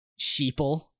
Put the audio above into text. sheeple